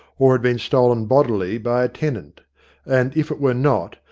or had been stolen bodily by a tenant and if it were not,